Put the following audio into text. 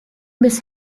miss